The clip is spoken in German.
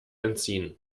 entziehen